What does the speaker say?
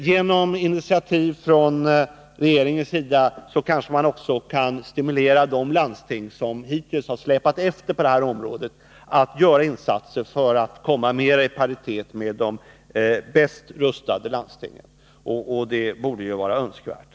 Genom initiativ från regeringens sida kanske man kan stimulera de landsting som hittills har släpat efter på detta område att göra Nr 34 insatser för att komma i paritet med de bäst rustade landstingen. Det borde Torsdagen den vara önskvärt.